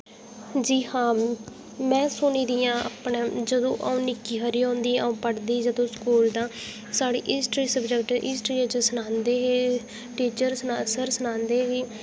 जी हां में सुनी दियां अपने जदूं अ'ऊं निक्की हारी होंदी ही अ'ऊं पढ़दी जदूं स्कूल तां साढ़ी हिस्ट्री सब्जैक्ट हिस्ट्री बिच सनांदे हे टीचर सर सनांदे हे